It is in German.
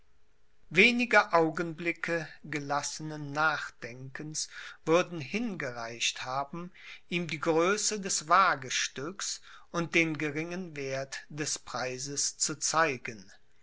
wenige augenblicke gelassenen nachdenkens würden hingereicht haben ihm die größe des wagestücks und den geringen werth des preises zu zeigen